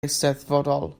eisteddfodol